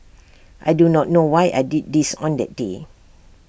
I do not know why I did this on that day